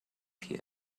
here